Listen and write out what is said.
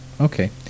okay